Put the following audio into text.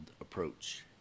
approach